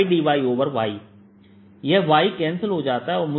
प्राप्त होता है